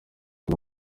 ngo